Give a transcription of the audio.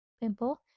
pimple